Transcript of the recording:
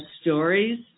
stories